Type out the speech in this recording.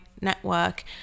network